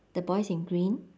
the boy is in green